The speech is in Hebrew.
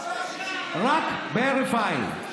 רק בהרף עין,